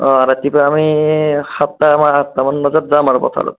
অঁ ৰাতিপুৱা আমি সাতটা বা আঠটা মান বজাত যাম আৰু পথাৰত